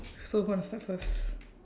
so who want to start first